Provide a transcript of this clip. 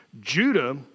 Judah